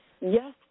Yes